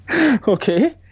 okay